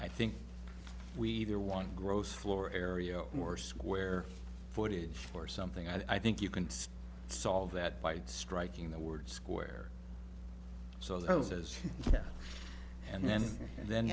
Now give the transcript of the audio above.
two i think we there one gross floor aereo more square footage or something i think you can see solve that by striking the word square so those as and then and then